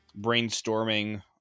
brainstorming